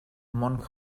mon